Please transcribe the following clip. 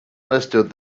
understood